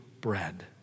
bread